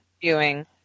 viewing